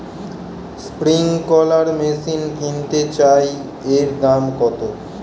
Sprinkler machine কিনতে চাই এর দাম কত?